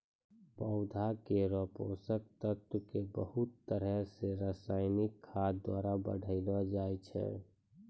पौधा केरो पोषक तत्व क बहुत तरह सें रासायनिक खाद द्वारा बढ़ैलो जाय छै